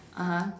(uh huh)